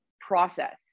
process